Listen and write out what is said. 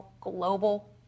global